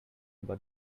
but